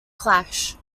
clash